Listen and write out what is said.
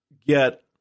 get